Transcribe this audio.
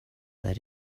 that